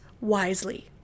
wisely